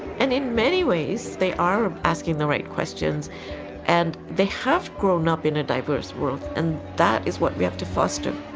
and in many ways, they are um asking the right questions and they have grown up in a diverse world. and that is what we have to foster.